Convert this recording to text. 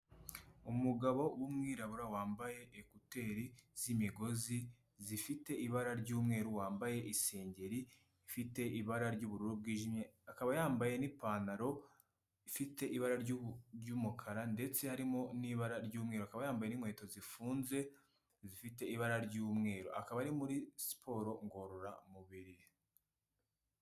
Umugabo wumwirabura wambaye ekuteri z'imigozi. zifite ibara ry'umweru, wambaye isengeri ifite ibara ry'ubururu bwijimye. akaba yambaye n'ipantaro ifite ibara ry'umukara ndetse harimo n'ibara ry'umweru. akaba yambaye inkweto zifunze zifite ibara ry'umweru akaba ari muri siporo ng.ororamubiri.